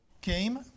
came